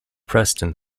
preston